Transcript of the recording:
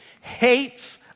hates